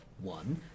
one